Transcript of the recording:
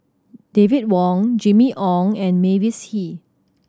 David Wong Jimmy Ong and Mavis Hee